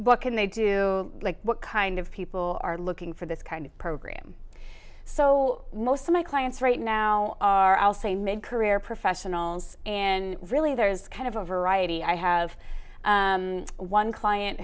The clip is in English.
what can they do what kind of people are looking for this kind of program so most of my clients right now are also a mid career professionals and really there's kind of a variety i have one client